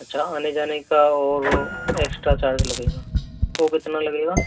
अच्छा आने जाने का और एक्स्ट्रा चार्ज लगेगा वो कितना लगेगा